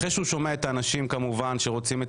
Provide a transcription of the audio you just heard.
אחרי שהוא שומע את האנשים שרוצים את